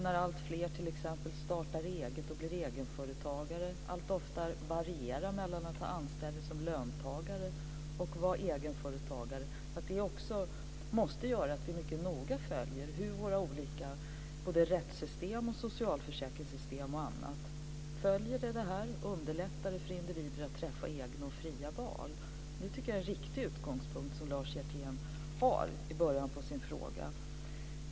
Det gäller t.ex. utvecklingen när nu alltfler blir egenföretagare och allt oftare varierar mellan att ha anställning som löntagare och att vara egenföretagare. Detta måste göra att vi mycket noga följer hur t.ex. våra olika rättssystem och socialförsäkringssystem fungerar. Följer de med i det här, och underlättar de för individer att träffa egna och fria val? Jag tycker att Lars Hjertén härvidlag har en riktig utgångspunkt i början av sin fråga.